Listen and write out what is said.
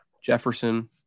Jefferson